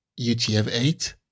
UTF-8